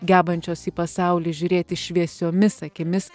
gebančios į pasaulį žiūrėti šviesiomis akimis